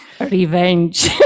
revenge